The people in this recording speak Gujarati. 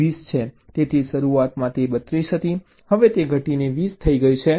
તેથી શરૂઆતમાં તે 32 હતી હવે તે ઘટીને 20 થઈ ગઈ છે